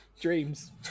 dreams